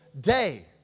day